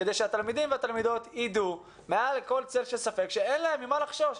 כדי שהתלמידים והתלמידות ידעו מעל כל צל של ספק שאין להם ממה לחשוש.